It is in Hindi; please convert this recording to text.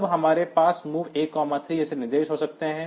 तब हमारे पास MOV A 3 जैसे निर्देश हो सकते हैं